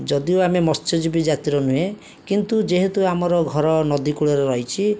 ଯଦିଓ ଆମେ ମତ୍ସ୍ୟଜୀବି ଜାତିର ନୁହେଁ କିନ୍ତୁ ଯେହେତୁ ଆମର ଘର ନଦୀକୂଳରେ ରହିଛି